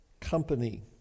company